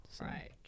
Right